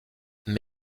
mais